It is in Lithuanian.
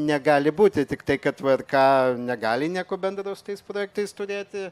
negali būti tiktai kad vrk negali nieko bendro su tais projektais turėti